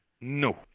no